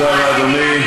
תודה רבה, אדוני.